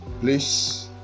Please